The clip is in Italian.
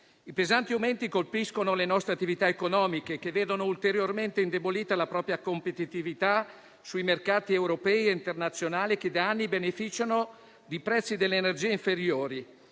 I pesanti aumenti colpiscono le nostre attività economiche, che vedono ulteriormente indebolita la propria competitività sui mercati europei e internazionali, che da anni beneficiano di prezzi delle energie inferiori,